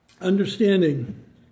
Understanding